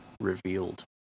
revealed